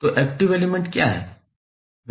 तो active element क्या है